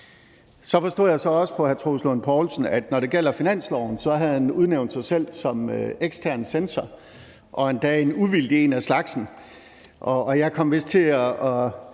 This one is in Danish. Så forstod jeg også på hr. Troels Lund Poulsen, at når det gælder finansloven, har han udnævnt sig selv til ekstern censor og endda en uvildig en af slagsen. Jeg kom vist nærmest